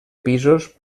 pisos